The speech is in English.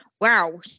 wow